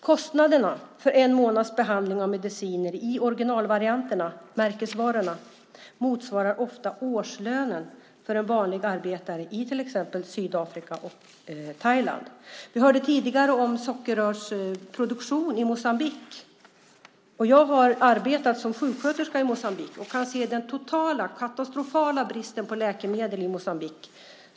Kostnaderna för en månads behandling av mediciner i originalvarianterna - märkesvarorna - motsvarar ofta årslönerna för vanliga arbetare i till exempel Sydafrika eller Thailand. Vi talade tidigare om sockerrörsproduktion i Moçambique. Jag har arbetat som sjuksköterska i Moçambique och har sett den totala, katastrofala bristen på läkemedel i Moçambique.